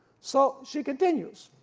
so she continues.